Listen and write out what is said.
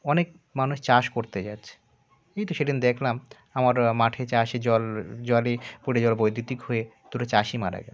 অনেক মানুষ চাষ করতে যাচ্ছে এই তো সেদিন দেখলাম আমার মাঠে চাষি জল জলে পড়ে যাওয়ায় বৈদ্যুতিক হয়ে দুটো চাষি মারা গেল